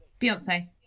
Beyonce